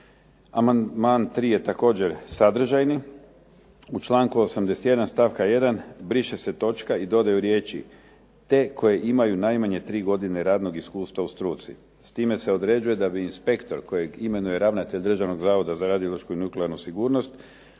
tri je također sadržajni. U članku 81. stavka 1. briše se točka i dodaju riječi "te koje imaju najmanje tri godine radnog iskustva u struci". S time se određuje da bi inspektor kojeg imenuje ravnatelj Državnog zavoda za radiološku i nuklearnu sigurnost